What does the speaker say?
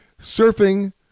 surfing